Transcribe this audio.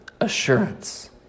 assurance